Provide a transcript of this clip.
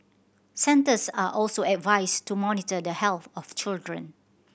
centres are also advised to monitor the health of children